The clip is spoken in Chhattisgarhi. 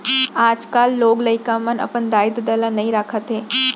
आजकाल लोग लइका मन अपन दाई ददा ल नइ राखत हें